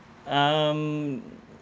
um